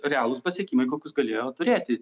realūs pasiekimai kokius galėjo turėti